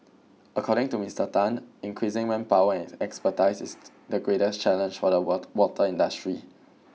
according to Mister Tan increasing manpower and expertise is the greatest challenge for the what water industry